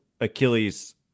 Achilles